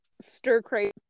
stir-crazy